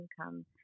income